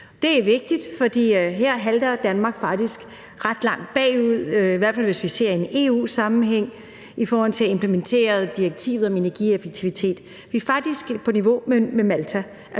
Det er vigtigt, for her halter Danmark faktisk ret langt bagefter, i hvert fald hvis vi ser på det i en EU-sammenhæng i forhold til implementerede direktiver om energieffektivitet. Vi er faktisk på niveau med Malta,